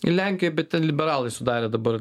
ir lenkijoj bet ten liberalai sudarė dabar